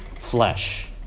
flesh